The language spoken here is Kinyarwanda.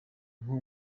nko